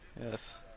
Yes